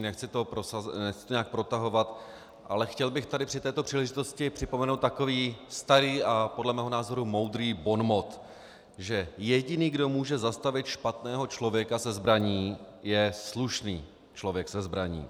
Nechci to nějak protahovat, ale chtěl bych tady při této příležitosti připomenout takový starý a podle mého názoru moudrý bonmot, že jediný, kdo může zastavit špatného člověka se zbraní, je slušný člověk se zbraní.